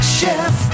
chef